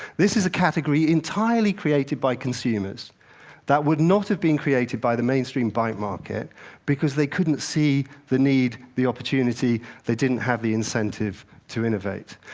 this is a category entirely created by consumers that would not have been created by the mainstream bike market because they couldn't see the need, the opportunity they didn't have the incentive to innovate.